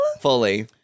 Fully